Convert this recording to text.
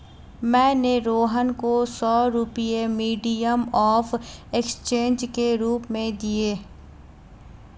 मैंने रोहन को सौ रुपए मीडियम ऑफ़ एक्सचेंज के रूप में दिए